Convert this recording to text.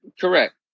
Correct